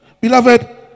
Beloved